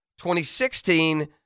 2016